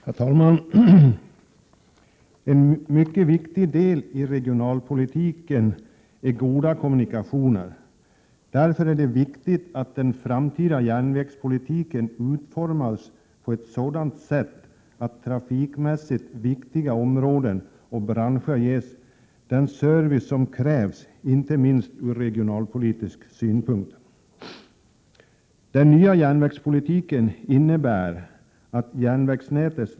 Herr talman! Goda kommunikationer är en mycket viktig del i regionalpolitiken. Därför är det viktigt att den framtida järnvägspolitiken utformas på ett sådant sätt att trafikmässigt viktiga områden och branscher ges den service som krävs, inte minst ur regionalpolitisk synpunkt.